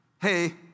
hey